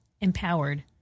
empowered